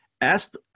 Asked